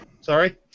Sorry